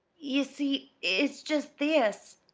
ye see, it's just this,